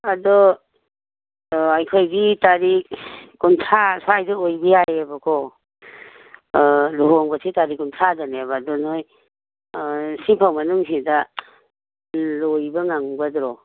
ꯑꯗꯣ ꯑꯩꯈꯣꯏꯗꯤ ꯇꯥꯔꯤꯛ ꯀꯨꯟꯊ꯭ꯔꯥ ꯁ꯭ꯋꯥꯏꯗ ꯑꯣꯏꯕ ꯌꯥꯏꯕꯀꯣ ꯂꯨꯍꯣꯡꯕꯁꯤ ꯇꯥꯔꯤꯛ ꯀꯨꯟꯊ꯭ꯔꯥꯗꯅꯦꯕ ꯑꯗꯣ ꯅꯣꯏ ꯁꯤꯐꯥꯎ ꯃꯅꯨꯡꯁꯤꯗ ꯂꯣꯏꯕ ꯉꯝꯒꯗ꯭ꯔꯣ